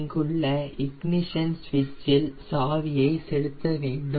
இங்குள்ள இக்னிஷன் சுவிட்ச் இல் சாவியை செலுத்த வேண்டும்